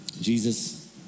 Jesus